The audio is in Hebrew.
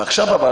אבל,